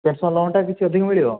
pension ଲୋନ୍ଟା କିଛି ଅଧିକ ମିଳିବ